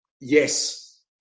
Yes